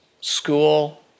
school